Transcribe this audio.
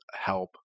help